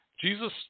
Jesus